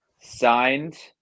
signed